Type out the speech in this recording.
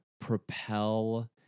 propel